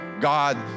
God